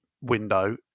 window